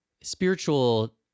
spiritual